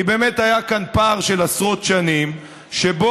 כי באמת היה כאן פער של עשרות שנים שבו